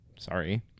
Sorry